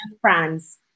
France